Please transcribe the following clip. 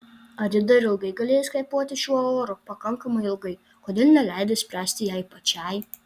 ar ji dar ilgai galės kvėpuoti šiuo oru pakankamai ilgai kodėl neleidi spręsti jai pačiai